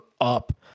up